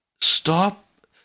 stop